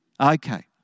Okay